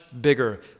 bigger